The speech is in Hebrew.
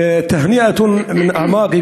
(אומר דברים